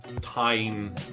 Time